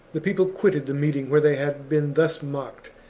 the people quitted the meeting where they had been thus mocked,